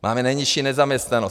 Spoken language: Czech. Máme nejnižší nezaměstnanost.